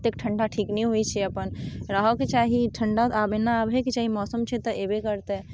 एतेक ठण्डा ठीक नहि होइ छै अपन रहऽके चाही ठण्डा आब एना अबैके चाही मौसम छै तऽ अएबै करतै